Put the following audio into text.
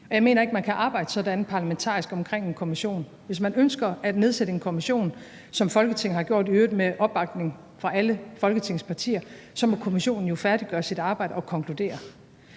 parlamentarisk kan arbejde sådan i forbindelse med en kommission. Hvis man ønsker at nedsætte en kommission, som Folketinget har gjort – i øvrigt med opbakning fra alle Folketingets partier – må kommissionen jo færdiggøre sit arbejde og konkludere.